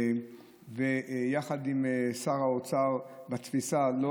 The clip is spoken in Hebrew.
והוא יחד עם שר האוצר בתפיסה הדתית שלו,